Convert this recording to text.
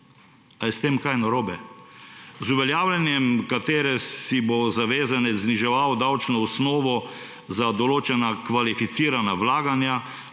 je s tem kaj narobe? – z uveljavljanjem katere si bo zavezanec zniževal davčno osnovo za določena kvalificirana vlaganja.